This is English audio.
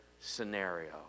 scenario